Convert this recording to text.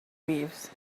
waves